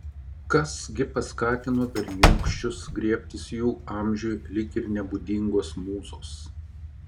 kas gi paskatino berniūkščius griebtis jų amžiui lyg ir nebūdingos mūzos